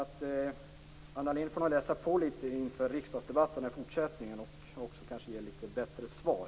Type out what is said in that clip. Anna Lindh får nog läsa på litet inför riksdagsdebatterna i fortsättningen, och också kanske ge litet bättre svar.